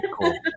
cool